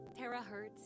Terahertz